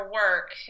work